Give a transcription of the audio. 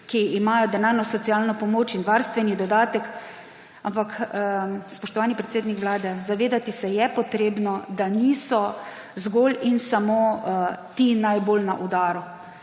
ki imajo denarno socialno pomoč in varstveni dodatek. Ampak, spoštovani predsednik Vlade, zavedati se je treba, da niso zgolj in samo ti najbolj na udaru,